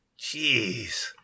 Jeez